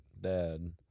dad